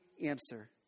answer